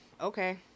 okay